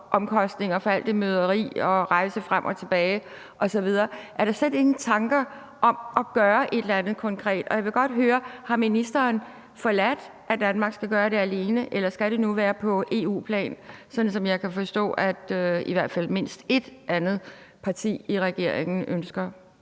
økonomisk med alle de møder og rejser frem og tilbage osv. Er der slet ingen tanker om at gøre et eller andet konkret? Og jeg vil godt høre: Har ministeren forladt det, at Danmark skal gøre det alene? Skal det nu være på EU-plan, sådan som jeg kan forstå at mindst et andet parti i regeringen ønsker?